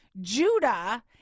Judah